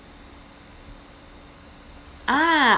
ah